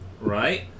Right